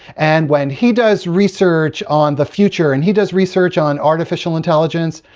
and when he does research on the future and he does research on artificial intelligence,